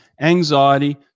anxiety